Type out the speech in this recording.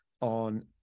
on